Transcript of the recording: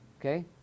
Okay